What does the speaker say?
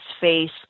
face